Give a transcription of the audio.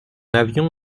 avion